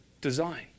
design